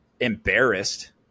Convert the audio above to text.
embarrassed